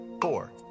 four